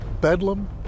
bedlam